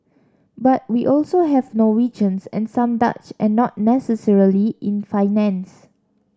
but we have also Norwegians and some Dutch and not necessarily in finance